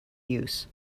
use